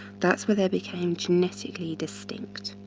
that's where they became genetically distinct.